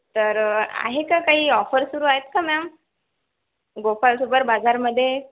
तर आहे का काही ऑफर सुरू आहेत का मॅम गोपाल सुपर बाजारमध्ये